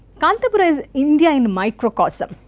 kantapura is india in microcosm.